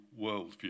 worldview